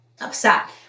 upset